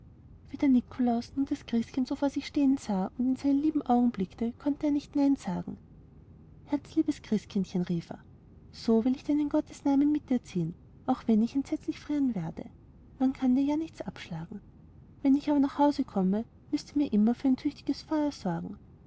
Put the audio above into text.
der nikolaus nun das christkind so vor sich stehen sah und in seine lieben augen blickte konnte er nicht nein sagen herzliebes christkindchen rief er so will ich denn in gottes namen mit dir ziehen wenn ich auch entsetzlich frieren werde man kann dir ja nichts abschlagen wenn ich aber nach hause komme müßt ihr mir immer für ein tüchtiges feuer sorgen